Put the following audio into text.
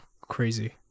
crazy